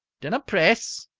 dinna press.